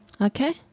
okay